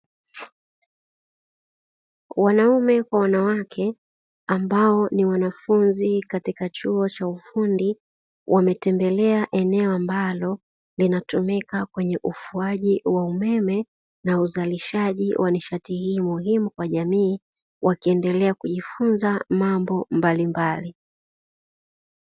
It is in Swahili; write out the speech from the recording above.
Wanaume kwa wanawake ambao ni wanafunzi katika chuo cha ufundi wametembelea eneo ambalo linatumika kwenye ufuaji wa umeme na uzalishaji wa nishati hiyo muhimu kwa jamii, wakiendelea kujifunza mambo mbalimbali.